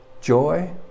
joy